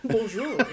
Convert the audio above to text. Bonjour